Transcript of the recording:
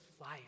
life